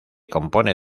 compone